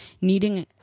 needing